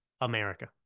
America